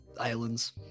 Islands